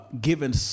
given